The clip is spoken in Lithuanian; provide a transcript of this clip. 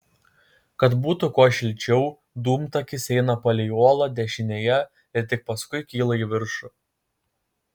kad būtų kuo šilčiau dūmtakis eina palei uolą dešinėje ir tik paskui kyla į viršų